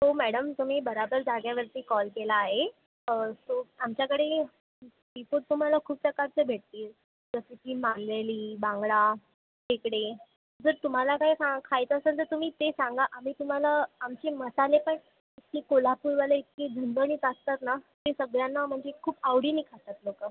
हो मॅडम तुम्ही बरोबर जागेवरती कॉल केला आहे सो आमच्याकडे सी फूड तुम्हाला खूप प्रकारच्या भेटतील जसं की मांदेली बांगडा खेकडे जर तुम्हाला काही खा खायचं असेल तर तुम्ही ते सांगा आम्ही तुम्हाला आमचे मसाले पण ते कोल्हापूरवाले इतके झणझणीत असतात ना ते सगळ्यांना म्हणजे खूप आवडीने खातात लोक